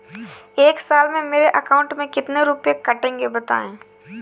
एक साल में मेरे अकाउंट से कितने रुपये कटेंगे बताएँ?